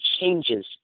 changes